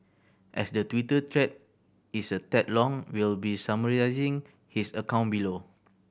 as the Twitter thread is a tad long we'll be summarising his account below